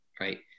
right